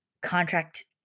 contract